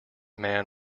man